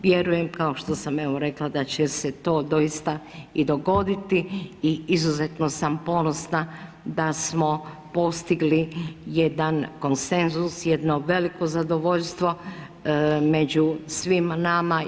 Vjerujem, kao što sam evo rekla, da će se to doista i dogoditi i izuzetno sam ponosna da smo postigli jedan konsenzus, jedno veliko zadovoljstvo među svim nama.